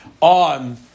on